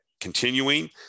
continuing